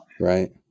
Right